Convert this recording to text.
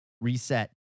reset